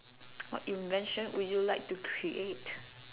what invention would you like to create